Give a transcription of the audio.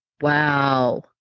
Wow